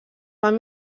fan